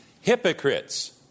hypocrites